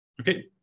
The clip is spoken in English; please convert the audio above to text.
Okay